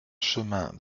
chemin